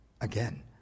Again